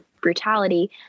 brutality